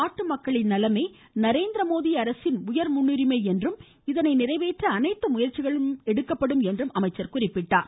நாட்டு மக்களின் நலமே நரேந்திரமோதி அரசின் உயர் முன்னுரிமை என்றும் இதனை நிறைவேற்ற அனைத்து முயற்சிகளும் எடுக்கப்படும் என்றும் குறிப்பிட்டார்